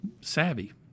savvy